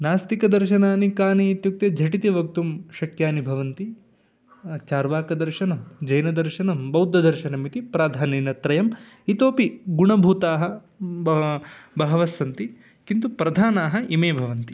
नास्तिकदर्शनानि कानि इत्युक्ते झटिति वक्तुं शक्यानि भवन्ति चार्वाकदर्शनं जैनदर्शनं बौद्धदर्शनमिति प्राधान्येन त्रयम् इतोपि गुणभूताः बला बहवस्सन्ति किन्तु प्रधानाः इमे भवन्ति